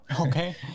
Okay